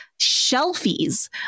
shelfies